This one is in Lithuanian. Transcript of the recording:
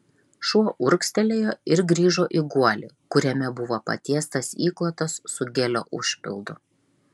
šuo urgztelėjo ir grįžo į guolį kuriame buvo patiestas įklotas su gelio užpildu